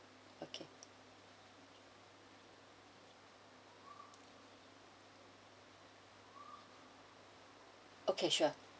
okay okay sure